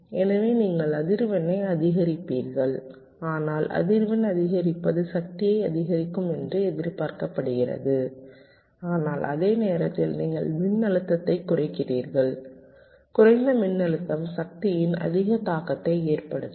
எனவே நீங்கள் அதிர்வெண்ணை அதிகரிப்பீர்கள் ஆனால் அதிர்வெண் அதிகரிப்பது சக்தியை அதிகரிக்கும் என்று எதிர்பார்க்கப்படுகிறது ஆனால் அதே நேரத்தில் நீங்கள் மின்னழுத்தத்தை குறைக்கிறீர்கள் குறைந்த மின்னழுத்தம் சக்தியின் அதிக தாக்கத்தை ஏற்படுத்தும்